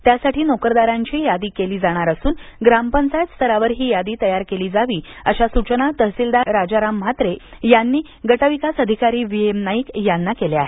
त्यासाठी नोकरदारांची यादी केली जाणार असून ग्रामपंचायत स्तरावर ही यादी तयार केली जावी अशा सूचना तहसीलदार राजाराम म्हात्रे यांनी गटविकास अधिकारी व्ही एम नाईक यांनी केल्या आहेत